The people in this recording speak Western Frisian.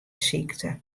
sykte